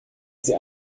sie